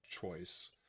choice